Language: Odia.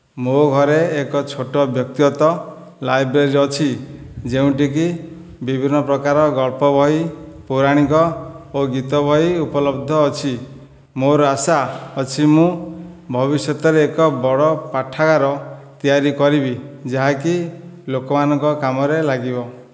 ମୋ ଘରେ ଏକ ଛୋଟ ବ୍ୟକ୍ତିଗତ ଲାଇବ୍ରେରୀ ଅଛି ଯେଉଁଠିକି ବିଭିନ୍ନ ପ୍ରକାର ଗଳ୍ପ ବହି ପୌରାଣିକ ଓ ଗୀତ ବହି ଉପଲବ୍ଧ ଅଛି ମୋର ଆଶା ଅଛି ମୁଁ ଭବିଷ୍ୟତରେ ଏକ ବଡ଼ ପାଠାଗାର ତିଆରି କରିବି ଯାହାକି ଲୋକମାନଙ୍କ କାମରେ ଲାଗିବ